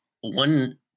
one